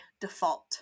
default